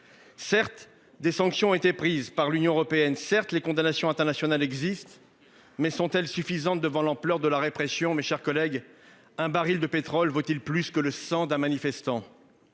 Certes des sanctions ont été prises par l'Union européenne. Certes les condamnations internationales existent mais sont-elles suffisantes. Devant l'ampleur de la répression. Mes chers collègues. Un baril de pétrole vaut-il plus que le sang d'un manifestant.